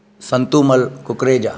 Santumal Kukreja